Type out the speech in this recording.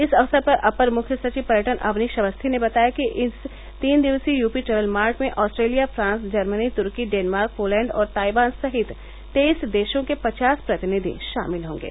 इस अवसर पर अपर मुख्य सचिव पर्यटन अवनीश अवस्थी ने बताया कि इस तीन दिवसीय यूपी ट्रेवल मार्ट में आस्ट्रेलिया फांस जर्मनी तुर्की डेनमार्क पोलैण्ड और ताइवान सहित तेईस देशों के पचास प्रतिनिधि शामिल होंगे